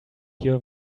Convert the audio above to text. your